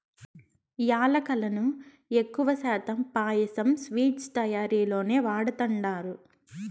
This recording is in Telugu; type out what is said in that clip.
యాలుకలను ఎక్కువ శాతం పాయసం, స్వీట్స్ తయారీలోనే వాడతండారు